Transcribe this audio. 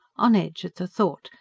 on edge at the thought,